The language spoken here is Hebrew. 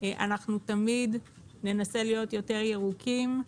שאנחנו תמיד ננסה להיות יותר ירוקים,